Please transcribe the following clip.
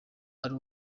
ari